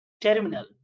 terminal